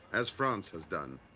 as france has done,